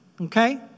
Okay